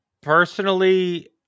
personally